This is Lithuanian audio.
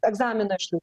egzamino išlai